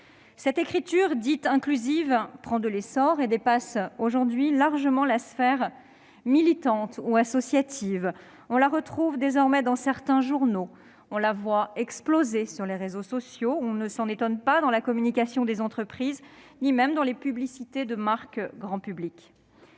Cette écriture dite « inclusive » prend de l'essor et dépasse aujourd'hui très largement la sphère militante ou associative. On la retrouve désormais dans certains journaux, on la voit exploser sur les réseaux sociaux, on ne s'en étonne plus dans la communication des entreprises ni dans les publicités de marques grand public.